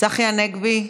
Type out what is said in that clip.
צחי הנגבי,